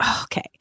Okay